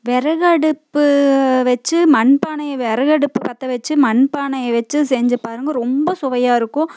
விறகடுப்பு வைச்சு மண்பானையை விறகடுப்பு பற்ற வைச்சு மண்பானையைை வைச்சு செஞ்சு பாருங்க ரொம்ப சுவையாக இருக்கும்